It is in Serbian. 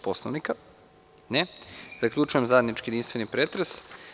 Poslovnika? (Ne) Zaključujem zajednički jedinstveni pretres.